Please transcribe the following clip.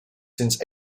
since